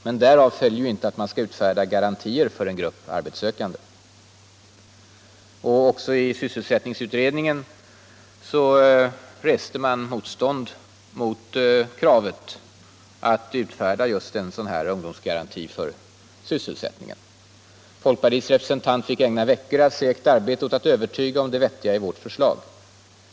Men därav följer ju inte att man skall utfärda garantier för en grupp arbetssökande.” Även i sysselsättningsutredningen reste man motstånd mot kravet att utfärda en sådan här ungdomsgaranti för sysselsättningen. Folkpartiets representant fick ägna veckor av segt arbete åt att övertyga om det vettiga i vårt förslag.